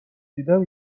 دیدم